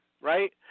right